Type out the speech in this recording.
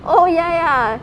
oh ya ya